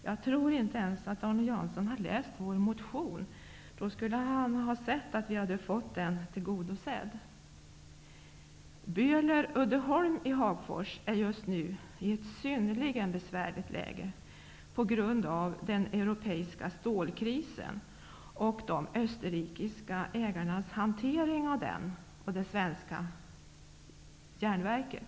Jag tror inte att Arne Jansson ens har läst vår motion, för i så fall skulle han ha funnit att vi har fått den tillgodosedd. Böhler-Uddeholm i Hagfors befinner sig just nu i ett synnerligen besvärligt läge på grund av den europeiska stålkrisen och de österrikiska ägarnas hantering av den och det svenska järnverket.